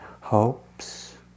hopes